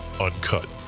uncut